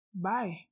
Bye